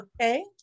okay